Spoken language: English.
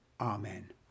Amen